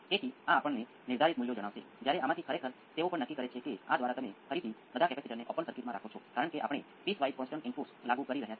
તેથી સાઈનુસોઈડલનો ઉપયોગ કરવો ઘણો સરળ છે અને આપણે સ્ટેડિ સ્ટેટ રિસ્પોન્સ નો ભાગ છે